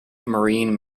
marine